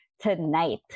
tonight